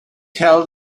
tell